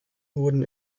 wurden